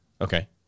Okay